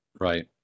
Right